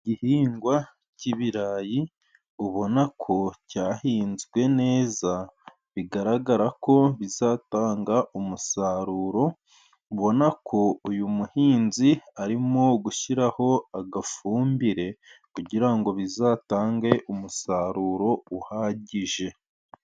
Igihingwa k'ibirayi, ubona ko cyahinzwe neza, bigaragara ko bizatanga umusaruro, mbona ko uyu muhinzi arimo gushyiraho agafumbire, kugirango ngo bizatange umusaruro uhagije.